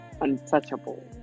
untouchable